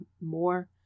more